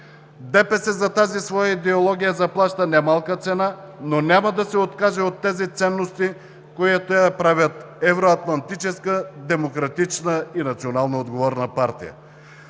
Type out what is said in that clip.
ДПС за тази своя идеология заплаща немалка цена, но няма да се откаже от тези ценности, които я правят евроатлантическа, демократична и национално отговорна партия.